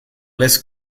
less